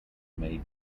may